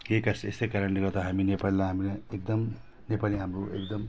केई कास यस्तै कारणले गर्दा हामी नेपालीलाई हामी एकदम नेपाली हाम्रो एकदम